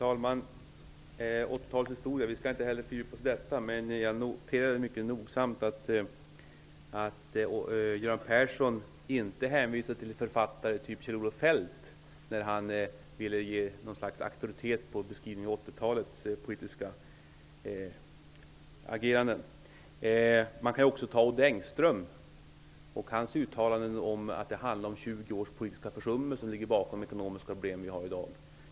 Herr talman! Vi skall inte heller fördjupa oss i 80 talets historia, men jag noterade mycket nogsamt att Göran Persson inte hänvisade till författare som Kjell-Olof Feldt när han ville ge något slags auktoritet åt beskrivningen av 80-talets politiska ageranden. Som exempel kan man också ta Odd Engström och hans uttalanden om att det är 20 års politiska försummelser som ligger bakom de ekonomiska problem som vi har i dag.